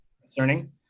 concerning